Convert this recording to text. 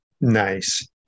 Nice